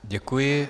Děkuji.